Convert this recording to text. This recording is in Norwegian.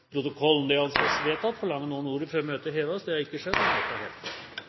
foreligger det ikke noe voteringstema. Forlanger noen ordet før møtet heves?